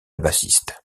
bassiste